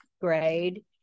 grade